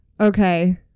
Okay